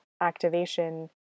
activation